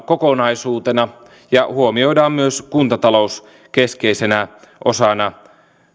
kokonaisuutena ja huomioidaan myös kuntatalous keskeisenä osana